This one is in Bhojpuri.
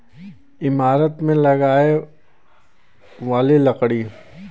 ईमारत मे लगाए वाली लकड़ी